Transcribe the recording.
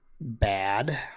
bad